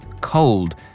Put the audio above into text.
cold